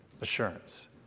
assurance